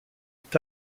est